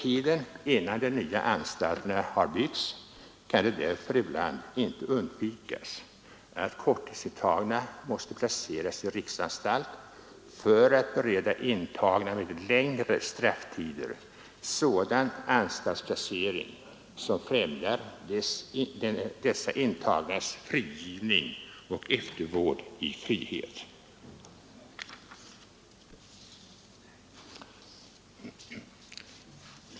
Innan de nya anstalterna har uppbyggts kan det därför ibland inte undvikas att korttidsintagna måste placeras i riksanstalt för att bereda intagna med längre strafftider sådan anstaltsplacering som främjar dessa intagnas frigivning och eftervård i frihet.